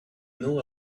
know